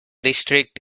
district